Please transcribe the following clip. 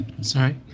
sorry